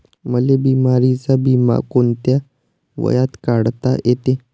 मले बिमारीचा बिमा कोंत्या वयात काढता येते?